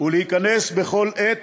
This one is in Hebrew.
ולהיכנס בכל עת